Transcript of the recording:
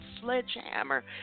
sledgehammer